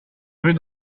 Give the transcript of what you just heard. rue